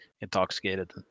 intoxicated